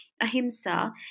ahimsa